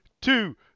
two